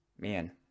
man